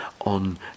on